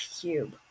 cube